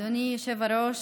אדוני היושב-ראש,